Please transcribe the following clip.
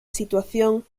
situación